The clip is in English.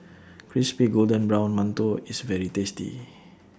Crispy Golden Brown mantou IS very tasty